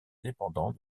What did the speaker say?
dépendant